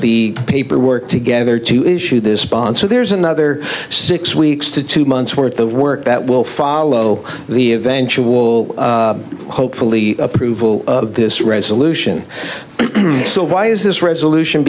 the paperwork together to issue this sponsor there's another six weeks to two months worth of work that will follow the eventual hopefully approval of this resolution so why is this resolution